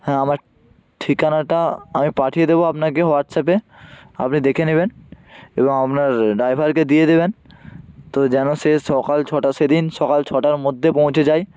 হ্যাঁ আমার ঠিকানাটা আমি পাঠিয়ে দেবো আপনকে হোয়াটসঅ্যাপে আপনি দেখে নেবেন এবং আপনার ড্রাইভারকে দিয়ে দেবেন তো যেন সে সকাল ছটায় সেদিন সকাল ছটার মধ্যে পৌঁছে যায়